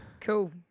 Cool